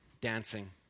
dancing